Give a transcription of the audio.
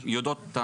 הן יודעות,